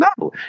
No